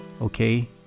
okay